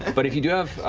and but if you do have.